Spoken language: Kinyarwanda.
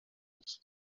iki